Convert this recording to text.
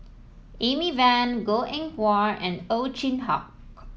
Amy Van Goh Eng Wah and Ow Chin Hock